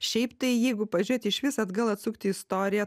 šiaip tai jeigu pažiūrėti išvis atgal atsukti istoriją